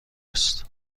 است